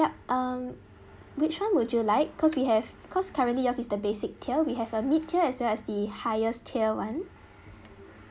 um which one would you like because we have because currently yours is the basic tier we have a mid tier as well as the highest tier [one]